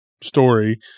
story